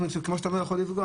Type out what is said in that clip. כמו שאתה לא יכול לפגוע,